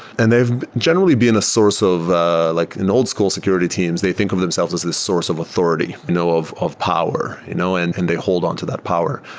and they've generally been a source of ah like and old-school security teams. they think of themselves as this source of authority, you know of of power, you know and and they hold on to that power.